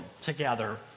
together